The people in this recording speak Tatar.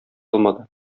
алмады